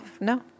No